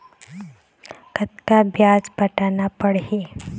कतका ब्याज पटाना पड़ही?